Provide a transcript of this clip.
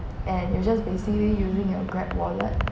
and you just basically using your grab wallet